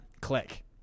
click